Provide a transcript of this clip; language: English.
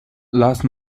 last